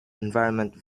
environment